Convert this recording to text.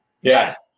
Yes